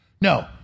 No